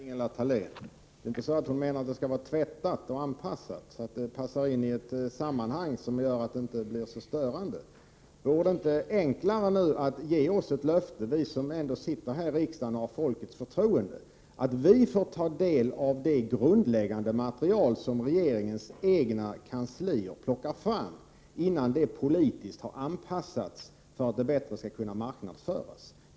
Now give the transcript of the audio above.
Fru talman! ”Granskat”, säger Ingela Thalén. Det är inte så att hon menar att det skall vara tvättat och anpassat så att det låter sig fogas in i ett sammanhang där det inte blir så störande? Vore det inte enklare att nu ge ett löfte till oss som trots allt sitter här i riksdagen och har riksdagens förtroende, att vi får ta del av det grundläggande material som regeringens egna kanslier tar fram innan det politiskt har anpassats för att det bättre skall kunna marknadsföras?